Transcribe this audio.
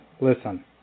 Listen